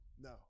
No